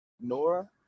Nora